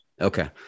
Okay